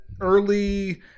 early